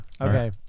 Okay